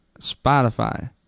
Spotify